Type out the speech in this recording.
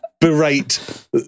berate